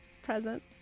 present